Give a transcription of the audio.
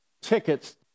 tickets